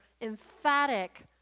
emphatic